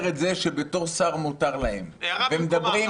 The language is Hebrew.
כי בתור שר מותר להם -- הערה במקומה.